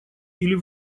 или